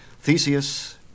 Theseus